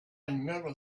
never